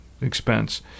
expense